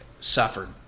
suffered